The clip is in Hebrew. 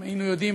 אם היינו יודעים,